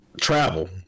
travel